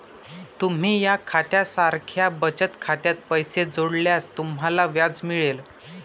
तुम्ही या खात्या सारख्या बचत खात्यात पैसे जोडल्यास तुम्हाला व्याज मिळेल